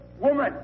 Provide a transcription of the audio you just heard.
woman